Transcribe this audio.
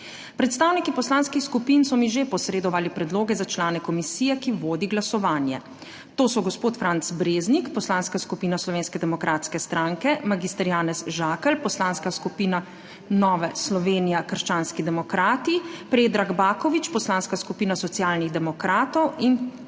Predstavniki poslanskih skupin so mi že posredovali predloge za člane komisije, ki vodi glasovanje. To so gospod Franc Breznik Poslanska skupina Slovenske demokratske stranke, mag. Janez Žakelj Poslanska skupina Nova Slovenija – krščanski demokrati, Predrag Baković Poslanska skupina Socialnih demokratov in dr.